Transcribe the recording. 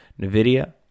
Nvidia